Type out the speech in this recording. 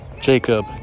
Jacob